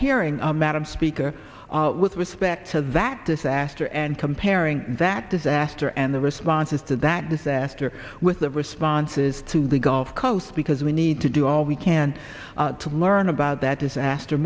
hearing madam speaker with respect to that this aster and comparing that disaster and the responses to that disaster the responses to the gulf coast because we need to do all we can to learn about that disaster